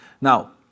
Now